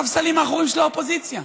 בספסלים האחוריים של האופוזיציה?